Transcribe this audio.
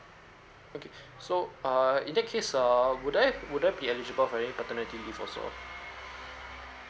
okay so err in that case err would I would I be eligible for any paternity leave also ah